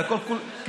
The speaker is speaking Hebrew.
זה הכול קשקושים.